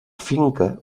finca